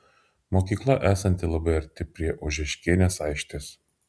mokykla esanti labai arti prie ožeškienės aikštės